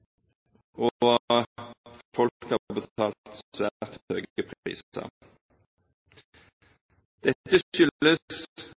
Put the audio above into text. og folk har betalt